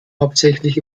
hauptsächlich